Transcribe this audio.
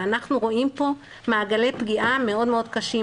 ואנחנו רואים פה מעגלי פגיעה מאוד מאוד קשים.